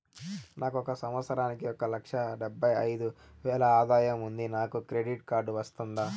నాకు ఒక సంవత్సరానికి ఒక లక్ష డెబ్బై అయిదు వేలు ఆదాయం ఉంది నాకు క్రెడిట్ కార్డు వస్తుందా?